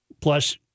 Plus